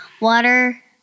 Water